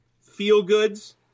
feel-goods